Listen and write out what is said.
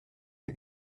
der